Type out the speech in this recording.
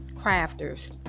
crafters